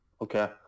okay